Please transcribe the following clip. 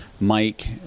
Mike